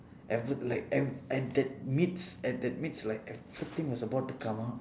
ever like ev~ at that midst at that midst like everything was about to come out